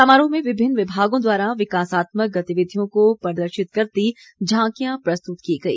समारोह में विभिन्न विभागों द्वारा विकासात्मक गतिविधियों को प्रदर्शित करती झांकियां प्रस्तुत की गई